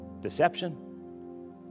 deception